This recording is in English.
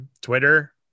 Twitter